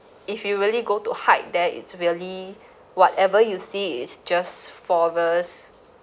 if you really go to hike there it's really whatever you see is just forest